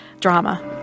drama